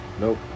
nope